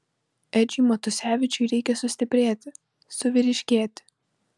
edžiui matusevičiui reikia sustiprėti suvyriškėti